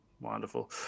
Wonderful